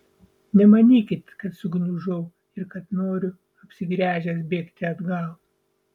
nemanykit kad sugniužau ir kad noriu apsigręžęs bėgti atgal